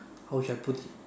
how should I put it